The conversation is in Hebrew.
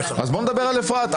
אז בוא נדבר על אפרת.